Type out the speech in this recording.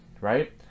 right